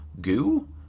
Goo